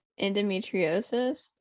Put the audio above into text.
endometriosis